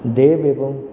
দেব এবং